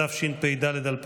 התשפ"ד 2023,